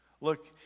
Look